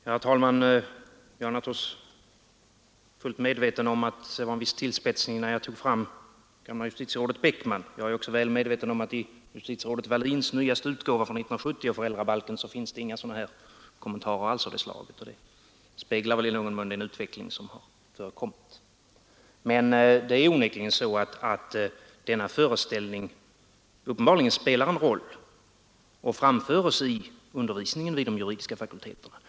Herr talman! Jag är naturligtvis fullt medveten om att det var en viss tillspetsning när jag tog fram justitierådet Beckmans kommentarer till familjerättspraxis. Jag är också väl medveten om att i justitierådet Walins utgåva, från 1970, av föräldrabalken finns det inga kommentarer alls av det slaget. Detta speglar väl i någon mån den utveckling som har ägt rum. Men det är onekligen så att den här litet konservativa föreställningen uppenbarligen spelar en roll och framförs i undervisningen vid de juridiska fakulteterna.